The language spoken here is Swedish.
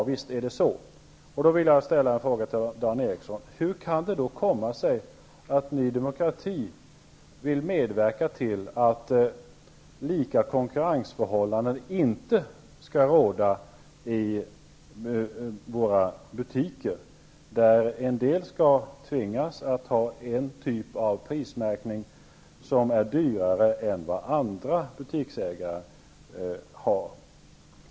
Visst är det så. Därför vill jag ställa en fråga till Dan Eriksson: Hur kan det komma sig att Ny Demokrati vill medverka till att lika konkurrensförhållanden inte skall råda i våra butiker? En del skall tvingas att ha en typ av prismärkning som är dyrare än vad andra butiksägare har.